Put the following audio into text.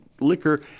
liquor